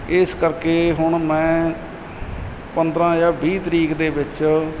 ਇਸ ਕਰਕੇ ਹੁਣ ਮੈਂ ਪੰਦਰ੍ਹਾਂ ਜਾਂ ਵੀਹ ਤਰੀਕ ਦੇ ਵਿੱਚ